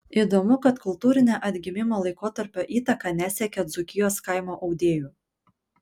įdomu kad kultūrinė atgimimo laikotarpio įtaka nesiekė dzūkijos kaimo audėjų